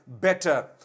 better